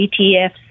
ETFs